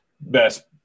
best